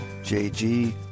JG